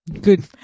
Good